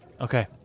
okay